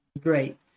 great